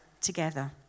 together